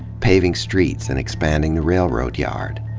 paving streets and expanding the railroad yard.